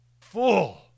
Full